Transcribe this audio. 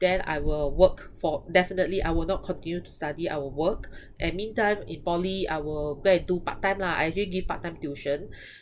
then I will work for definitely I will not continue to study I will work and meantime in poly I will go and do part time lah I actually give part time tuition